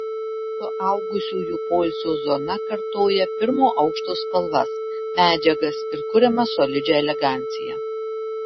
suaugusiųjų poilsio zona kartoja pirmo aukšto spalvas medžiagas ir kuriamą solidžią eleganciją